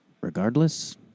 regardless